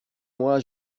moi